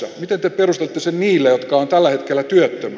miten te perustelette sen niille jotka ovat tällä hetkellä työttöminä